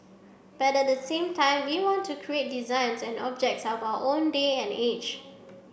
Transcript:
but at the same time we want to create designs and objects of our own day and age